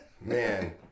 Man